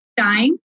time